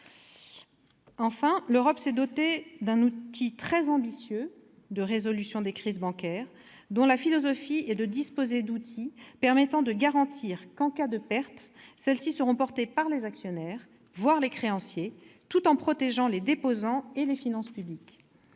Enfin, l'Union européenne s'est dotée d'un instrument très ambitieux de résolution des crises bancaires, dont la philosophie est de disposer d'outils permettant de garantir qu'en cas de pertes celles-ci seront portées par les actionnaires, voire les créanciers, tout en protégeant les déposants et les finances publiques.